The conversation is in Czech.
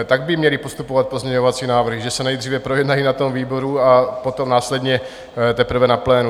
Tak by měly postupovat pozměňovací návrhy, že se nejdříve projednají na výboru a potom následně teprve na plénu.